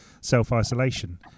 self-isolation